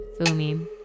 FUMI